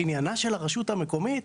עניינה של הרשות המקומית?